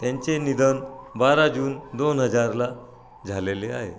त्यांचे निधन बारा जून दोन हजारला झालेले आहे